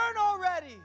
already